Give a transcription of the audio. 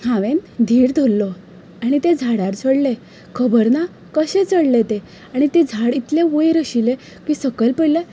हांवें धीर धरलो आनी त्या झाडार चडलें खबर ना कशें चडलें तें आनी तें झाड इतलें वयर आशिल्लें की सकयल पयल्यार